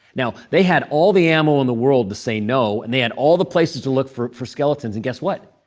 now, they had all the ammo in the world to say no. and they had all the places to look for for skeletons. and guess what?